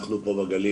אנחנו פה בגליל,